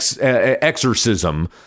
exorcism